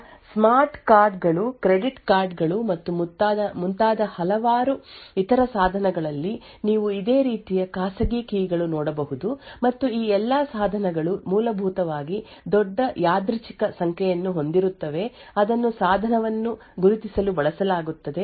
ಆದ್ದರಿಂದ smart card ಗಳು credit card ಗಳು ಮತ್ತು ಮುಂತಾದ ಹಲವಾರು ಇತರ ಸಾಧನಗಳಲ್ಲಿ ನೀವು ಇದೇ ರೀತಿಯ ಖಾಸಗಿ ಕೀ ಗಳು ನೋಡಬಹುದು ಮತ್ತು ಈ ಎಲ್ಲಾ ಸಾಧನಗಳು ಮೂಲಭೂತವಾಗಿ ದೊಡ್ಡ ಯಾದೃಚ್ಛಿಕ ಸಂಖ್ಯೆಯನ್ನು ಹೊಂದಿರುತ್ತವೆ ಅದನ್ನು ಸಾಧನವನ್ನು ಗುರುತಿಸಲು ಬಳಸಲಾಗುತ್ತದೆ